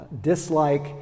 Dislike